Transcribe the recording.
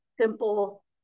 simple